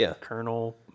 colonel